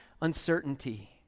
uncertainty